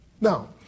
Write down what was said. Now